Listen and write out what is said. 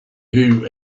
who